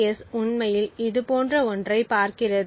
AES உண்மையில் இதுபோன்ற ஒன்றைப் பார்க்கிறது